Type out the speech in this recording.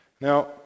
Now